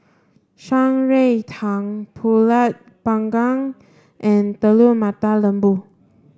Shan Rui Tang Pulut panggang and Telur Mata Lembu